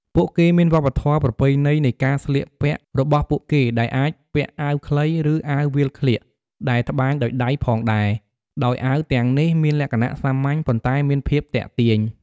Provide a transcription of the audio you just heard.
ពួកគេមានវប្បធម៌ប្រពៃណីនៃការស្លៀកពាក់របស់ពួកគេ ដែលអាចពាក់អាវខ្លី ឬអាវវាលក្លៀកដែលត្បាញដោយដៃផងដែរ ដោយអាវទាំងនេះមានលក្ខណៈសាមញ្ញ ប៉ុន្តែមានភាពទាក់ទាញ។